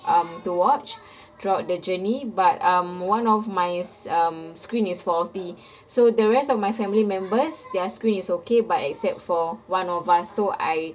um to watch throughout the journey but um one of my s~ um screen is faulty so the rest of my family members their screen is okay but except for one of us so I